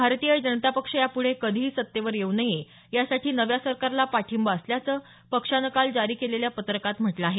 भारतीय जनता पक्ष यापुढे कधीही सत्तेवर येऊ नये यासाठी नव्या सरकारला पाठिंबा असल्याचं पक्षानं काल जारी केलेल्या पत्रकात म्हटलं आहे